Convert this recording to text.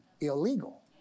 illegal